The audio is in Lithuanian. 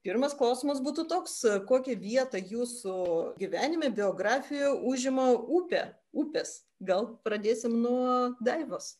pirmas klausimas būtų toks kokią vietą jūsų gyvenime biografijoje užima upė upės gal pradėsim nuo daivos